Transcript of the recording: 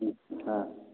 ठीक है हँ